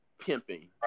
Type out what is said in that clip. pimping